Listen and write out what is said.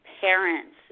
parents